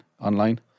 online